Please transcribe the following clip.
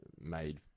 made